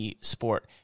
sport